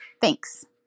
Thanks